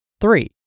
Three